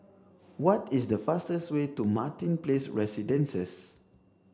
what is the fastest way to Martin Place Residences